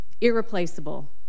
irreplaceable